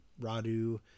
Radu